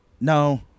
No